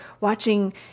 watching